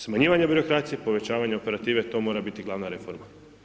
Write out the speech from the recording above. Smanjivanje birokracije, povećavanje operative to mora biti gl. reforma.